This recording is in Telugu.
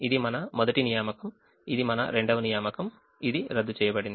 ఇది మన మొదటి నియామకం ఇది మన రెండవ నియామకం ఇది రద్దు చేయబడింది